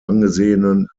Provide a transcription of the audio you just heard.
angesehenen